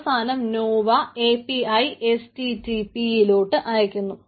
അവസാനം Nova API HTTP യിലോട്ട് അയക്കുന്നു